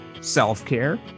self-care